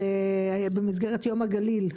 במסגרת יום הגליל.